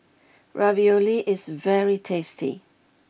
Ravioli is very tasty